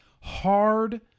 hard